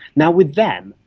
now, with them,